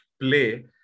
play